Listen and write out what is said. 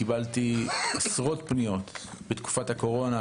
קיבלתי עשרות פניות בתקופת הקורונה,